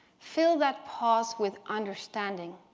fill that pause with understanding.